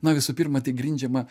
na visų pirma tai grindžiama